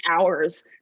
hours